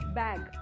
bag